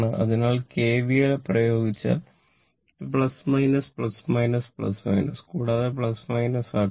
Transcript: അതിനാൽ കെവിഎൽ പ്രയോഗിച്ചാൽ അത് കൂടാതെ ആക്കാം